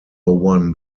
won